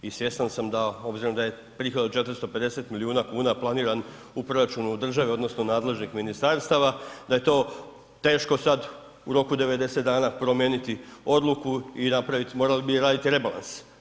I svjestan sam da obzirom da je prihod od 450 milijuna kuna planiran u proračunu države odnosno nadležnih ministarstava da je to teško sad u roku 90 dana promijeniti odluku i napraviti, morali bi raditi rebalans.